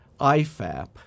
IFAP